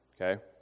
okay